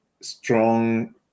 strong